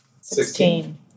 Sixteen